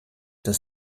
das